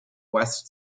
west